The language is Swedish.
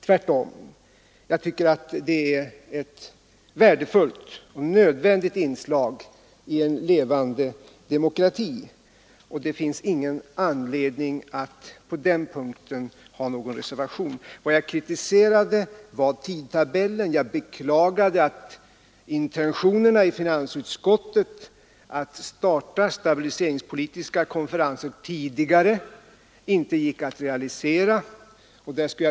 Tvärtom tycker jag att de utgör ett värdefullt och nödvändigt inslag i en levande demokrati. Det finns ingen anledning att på den punkten göra någon reservation. Vad jag kritiserade var tidtabellen. Jag beklagade att finansutskottets intentioner att tidigare starta stabiliseringspolitiska konferenser inte gick att realisera.